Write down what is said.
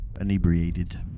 inebriated